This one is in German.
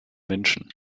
menschen